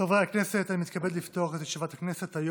חברי הכנסת, אני מתכבד לפתוח את ישיבת הכנסת.